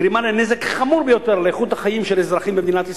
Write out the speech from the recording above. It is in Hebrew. גרימת נזק חמור ביותר לאיכות החיים של אזרחים במדינת ישראל,